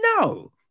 no